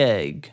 egg